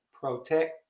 protect